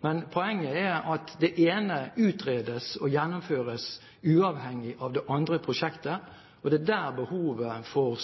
Men poenget er at det ene utredes og gjennomføres uavhengig av det andre prosjektet. Det er der behovet for